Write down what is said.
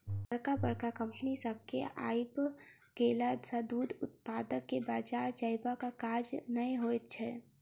बड़का बड़का कम्पनी सभ के आइब गेला सॅ दूध उत्पादक के बाजार जयबाक काज नै होइत छै